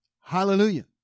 Hallelujah